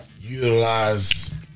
utilize